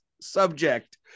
subject